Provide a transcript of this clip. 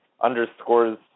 underscores